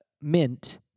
Mint